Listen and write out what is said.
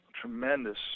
tremendous